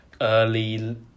early